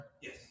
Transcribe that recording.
Yes